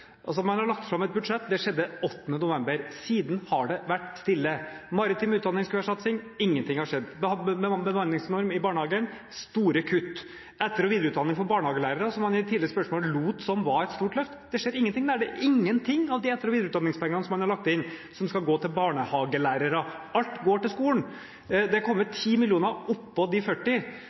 Man har lagt fram et budsjett, det skjedde 8. november. Siden har det vært stille. Maritim utdanning skulle være en satsing, men ingenting har skjedd, og en bemanningsnorm i barnehagen, men det er store kutt. Når det gjelder etter- og videreutdanning for barnehagelærere, der man i et tidligere spørsmål lot som det var et stort løft, skjer det ingenting. Ingen av de etter- og videreutdanningspengene som man har lagt inn, skal gå til barnehagelærere. Alt går til skolen. Det har kommet 10 mill. kr oppå de 40